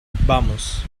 vamos